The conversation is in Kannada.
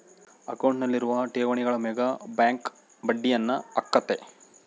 ಅಕೌಂಟ್ನಲ್ಲಿರುವ ಠೇವಣಿಗಳ ಮೇಗ ಬ್ಯಾಂಕ್ ಬಡ್ಡಿಯನ್ನ ಹಾಕ್ಕತೆ